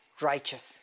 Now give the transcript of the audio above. righteous